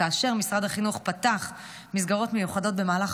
כאשר משרד החינוך פתח מסגרות מיוחדות במהלך